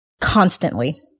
constantly